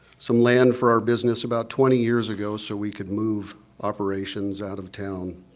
some land for our business about twenty years ago so we could move operations out of town